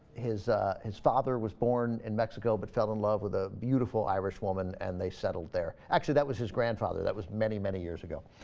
his his father was born in mexico but fell in love with ah beautiful irish woman and they settled their action that was his grandfather that was many many years ago